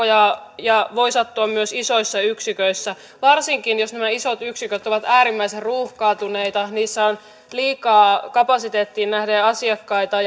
ja ja vahinkoja voi sattua myös isoissa yksiköissä varsinkin jos nämä isot yksiköt ovat äärimmäisen ruuhkautuneita niissä on liikaa kapasiteettiin nähden asiakkaita